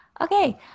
Okay